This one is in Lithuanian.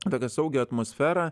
tokią saugią atmosferą